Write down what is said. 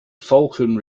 falcon